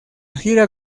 gira